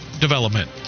development